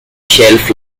shelf